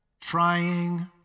trying